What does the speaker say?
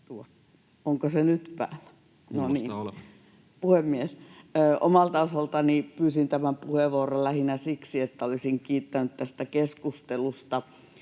Onko se nyt päällä? Puhemies! Omalta osaltani pyysin tämän puheenvuoron lähinnä siksi, että olisin kiittänyt tästä keskustelusta,